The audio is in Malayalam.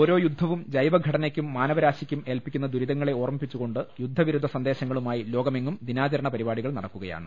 ഓരോ യുദ്ധവും ജൈവഘടനയ്ക്കും മാനവ രാശിക്കും ഏൽപ്പിക്കുന്ന ദുരിതങ്ങളെ ഓർമ്മിപ്പിച്ചുകൊണ്ട് യുദ്ധ വിരുദ്ധ സന്ദേശങ്ങളുമായി ലോകമെങ്ങും ദിനാചരണ പരിപാടി കൾ നടക്കുകയാണ്